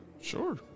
sure